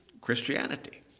Christianity